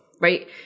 right